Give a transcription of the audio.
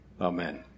Amen